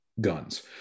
guns